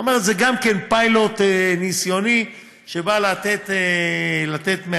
זאת אומרת, זה גם כן פיילוט ניסיוני שבא לתת מענה.